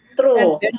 True